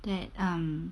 that um